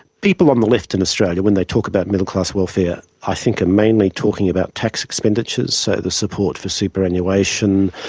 people on the left in australia when they talk about middle-class welfare i think are mainly talking about tax expenditures, so the support for superannuation,